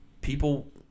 people